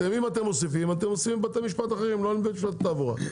אתם מוסיפים לבתי משפט אחרים ולא לבית המשפט לתעבורה.